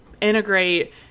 integrate